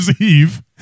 Eve